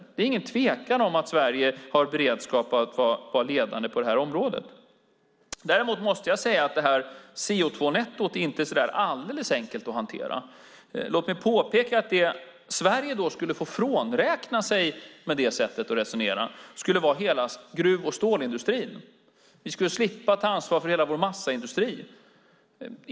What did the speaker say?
Det råder ingen tvekan om att Sverige har en beredskap för att vara ledande på området. Däremot måste jag säga att CO2-nettot inte är så där alldeles enkelt att hantera. Låt mig påpeka att Sverige med nämnda sätt att resonera skulle få frånräkna sig hela gruv och stålindustrin. Vi skulle slippa ta ansvar för hela vår massaindustri.